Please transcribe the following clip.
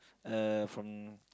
uh from